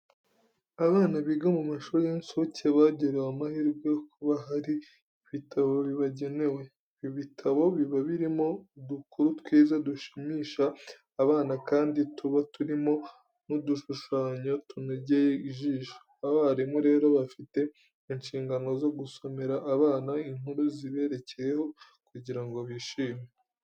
Abana biga mu mashuri y'incuke bagiriwe amahirwe yo kuba hari ibitabo bibagenewe. Ibi bitabo, biba birimo udukuru twiza dushimisha abana, kandi tuba turimo n'udushushanyo tunogeye ijisho. Abarimu rero, bafite inshingano zo gusomera abana inkuru ziberekeyeho kugira ngo bishime.